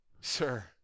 Sir